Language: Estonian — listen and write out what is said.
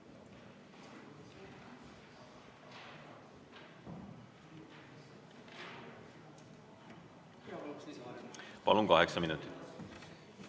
Palun, kaheksa minutit!